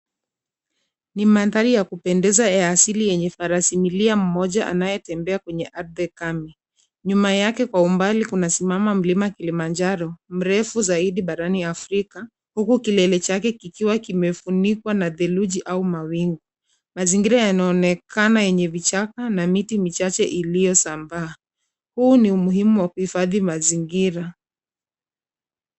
Ni mandhari ya kupendeza ya asili yenye farasi milia mmoja anayetembea kwenye ardhi kame. Nyuma yake kwa umbali kunasimama mlima Kilimanjaro, mrefu zaidi barani Afrika huku kilele chake kikiwa kimefunikwa na theluji au mawingu. Mazingira yanaonekana yenye vichaka na miti michache iliyosambaa. Huu ni umuhimu wa kuhifadhi mazingira.